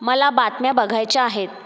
मला बातम्या बघायच्या आहेत